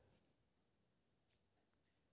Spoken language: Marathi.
आपल्याला सुपरमार्केटमधून योग्य पावती पण मिळू शकते